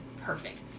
Perfect